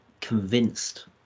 convinced